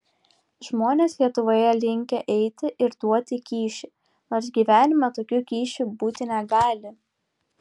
žmonės lietuvoje linkę eiti ir duoti kyšį nors gyvenime tokių kyšių būti negali